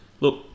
look